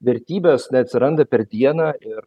vertybės neatsiranda per dieną ir